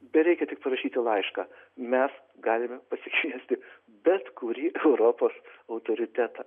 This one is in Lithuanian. bereikia tik parašyti laišką mes galime pasikviesti bet kurį europos autoritetą